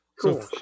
Cool